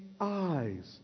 eyes